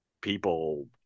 people